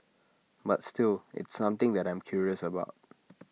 but still it's something that I am curious about